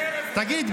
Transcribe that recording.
תגיד,